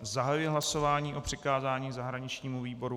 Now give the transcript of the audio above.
Zahajuji hlasování o přikázání zahraničnímu výboru.